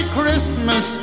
Christmas